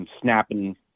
Snapping